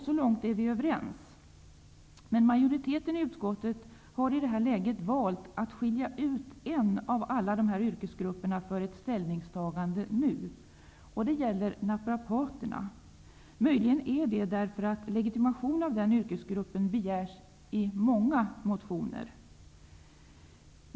Så långt är vi överens. Majoriteten i utskottet har emellertid i detta läge valt att skilja ut en av alla dessa yrkesgrupper för ett ställningstagande nu. Det gäller naprapaterna. Möjligen sker det därför att det i många motioner begärs att denna yrkesgrupp skall få legitimation.